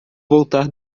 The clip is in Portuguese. voltar